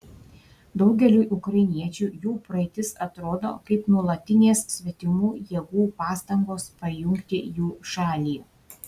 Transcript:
daugeliui ukrainiečių jų praeitis atrodo kaip nuolatinės svetimų jėgų pastangos pajungti jų šalį